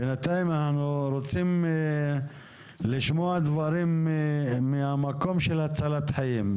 בנתיים אנחנו רוצים לשמוע דברים מהמקום של הצלת חיים.